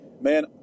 man